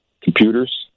computers